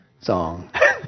song